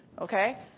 Okay